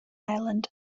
island